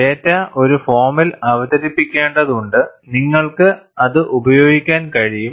data ഒരു ഫോമിൽ അവതരിപ്പിക്കേണ്ടതുണ്ട് നിങ്ങൾക്ക് അത് ഉപയോഗിക്കാൻ കഴിയും